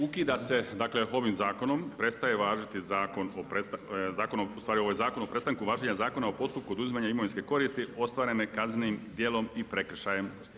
Ukida se ovim zakonom prestaje važiti Zakon o ustvari ovo je Zakon o prestanku važenju Zakona o postupku oduzimanja imovinske koristi ostvarene kaznenim djelom i prekršajem.